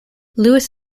lewis